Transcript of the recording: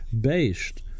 based